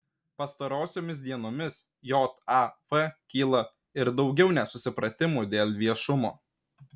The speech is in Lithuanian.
pastarosiomis dienomis jav kyla ir daugiau nesusipratimų dėl viešumo